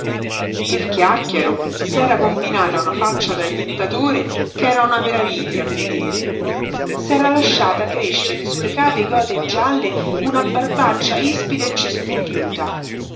il chiàrchiaro s'era combinata una faccia da jettatore ch'era una meraviglia a vedere s'era lasciata crescere su le cave gote gialle una barbaccia ispida e cespugliuta